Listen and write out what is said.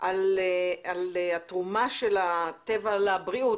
על התרומה של הטבע לבריאות.